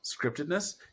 scriptedness